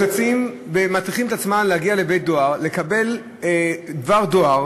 מתרוצצים ומטריחים את עצמם להגיע לבית-דואר לקבל דבר דואר